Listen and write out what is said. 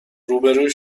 روبروی